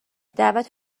دعوت